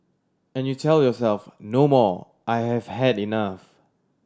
and you tell yourself no more I have had enough